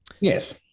Yes